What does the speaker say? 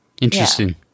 Interesting